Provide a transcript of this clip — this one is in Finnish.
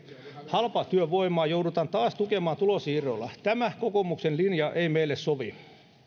halpatyövoimaa joudutaan taas tukemaan tulonsiirroilla tämä kokoomuksen linja ei meille sovi